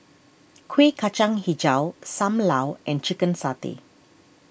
Kueh Kacang HiJau Sam Lau and Chicken Satay